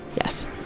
Yes